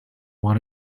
want